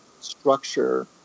structure